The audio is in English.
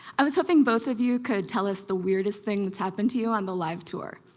i was hoping both of you could tell us the weirdest thing that's happened to you on the live tour.